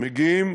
מגיעים